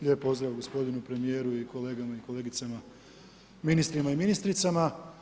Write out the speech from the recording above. Lijep pozdrav gospodinu premijeru i kolegama i kolegicama ministrima i ministricama.